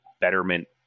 betterment